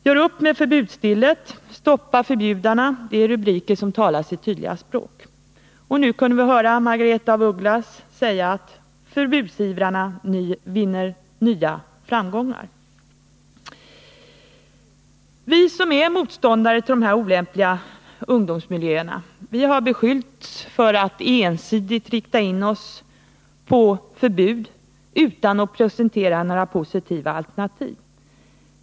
Gör upp med förbudsdillet eller Stoppa förbjudaren, är rubriker som talar sitt tydliga språk. Nu kunde vi också höra Margaretha af Ugglas säga att förbudsivrarna vinner nya framgångar. Vi som är motståndare till dessa olämpliga ungdomsmiljöer har beskyllts för att ensidigt rikta in oss på förbud utan att presentera några positiva alternativ.